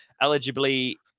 Eligibly